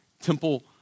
temple